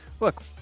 Look